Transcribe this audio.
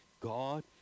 God